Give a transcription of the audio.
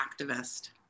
activist